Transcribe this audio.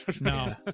No